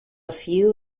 few